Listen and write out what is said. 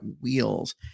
wheels